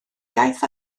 iaith